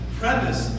premise